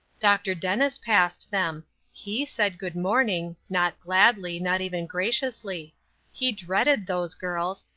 dr. dennis passed them he said good-morning, not gladly, not even graciously he dreaded those girls,